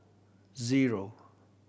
zero